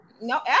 No